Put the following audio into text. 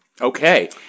Okay